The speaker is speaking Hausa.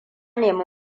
nemi